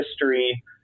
history